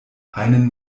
einen